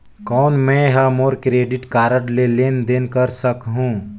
कौन मैं ह मोर क्रेडिट कारड ले लेनदेन कर सकहुं?